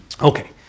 Okay